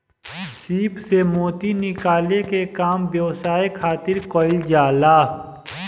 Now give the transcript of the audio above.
सीप से मोती निकाले के काम व्यवसाय खातिर कईल जाला